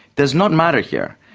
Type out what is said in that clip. does not matter here.